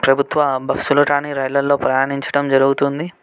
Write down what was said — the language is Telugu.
ప్రభుత్వ బస్సులో కానీ రైళ్ళల్లో ప్రయాణించటం జరుగుతుంది